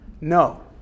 No